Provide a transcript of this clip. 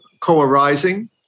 co-arising